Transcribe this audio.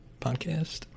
podcast